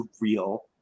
real